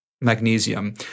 magnesium